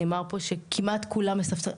נאמר פה שכמעט כולם מספסרים,